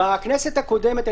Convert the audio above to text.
בכנסת הקודמת,